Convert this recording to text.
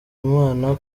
imana